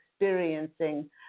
experiencing